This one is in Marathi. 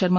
शर्मा